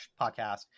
podcast